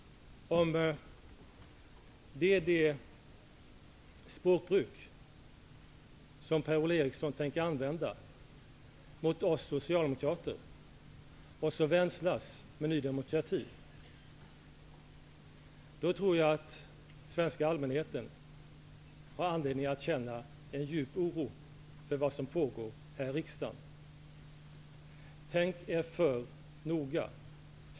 Om det är det språkbruk som Per-Ola Eriksson tänker använda när det gäller oss Socialdemokrater samtidigt som han vänslas med Ny demokrati, tror jag att svenska allmänheten har anledning att känna djup oro för vad som pågår här i riksdagen. Tänk er noga för!